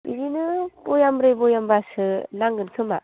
बिदिनो बयेमब्रै बयेमबासो नांगोन खोमा